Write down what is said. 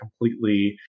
completely